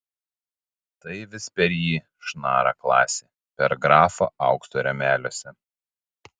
tai vis per jį šnara klasė per grafą aukso rėmeliuose